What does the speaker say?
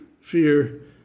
fear